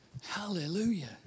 Hallelujah